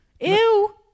Ew